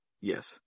Yes